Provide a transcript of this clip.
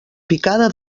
picada